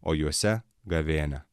o juose gavėnią